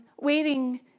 waiting